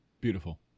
Beautiful